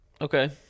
Okay